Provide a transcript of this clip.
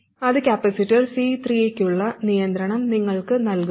അത് capacitor C3 യ്ക്കുള്ള നിയന്ത്രണം നിങ്ങൾക്ക് നൽകുന്നു